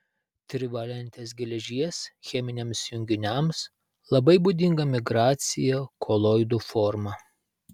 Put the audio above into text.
trivalentės geležies cheminiams junginiams labai būdinga migracija koloidų forma